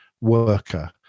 worker